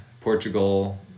Portugal